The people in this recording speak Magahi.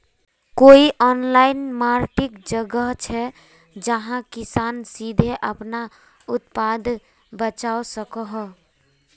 कोई ऑनलाइन मार्किट जगह छे जहाँ किसान सीधे अपना उत्पाद बचवा सको हो?